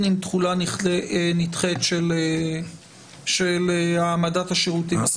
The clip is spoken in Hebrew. עם תחולה נדחית של העמדת השירותים הסוציאליים.